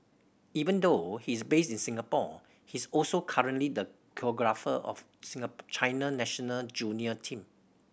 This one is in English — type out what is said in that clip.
even though he is based in Singapore he is also currently the choreographer of China national junior team